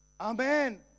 Amen